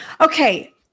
Okay